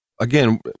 again